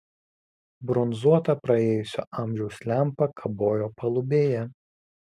bronzuota praėjusio amžiaus lempa kabojo palubėje